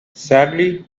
sadly